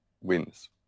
Wins